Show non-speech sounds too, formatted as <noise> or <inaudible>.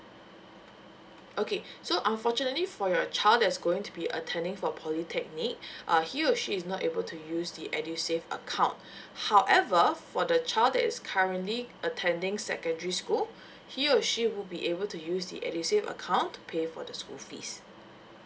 okay so unfortunately for your child that's going to be attending for polytechnic <breath> uh he or she is not able to use the edusave account <breath> however for the child that is currently attending secondary school he or she will be able to use the edusave account to pay for the school fees